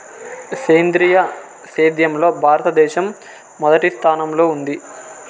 సేంద్రీయ సేద్యంలో భారతదేశం మొదటి స్థానంలో ఉంది